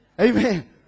Amen